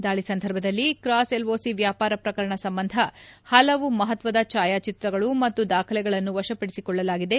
ದಾಳಿ ಸಂದರ್ಭದಲ್ಲಿ cross LOC ವ್ಯಾಪಾರ ಪ್ರಕರಣ ಸಂಬಂಧ ಪಲವು ಮಪತ್ವದ ಛಾಯಾಚಿತ್ರಗಳು ಮತ್ತು ದಾಖಲೆಗಳನ್ನು ವಶಪಡಿಸಿಕೊಳ್ಳಲಾಗಿದೆ